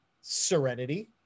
Serenity